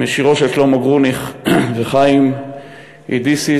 משירם של שלמה גרוניך וחיים אידיסיס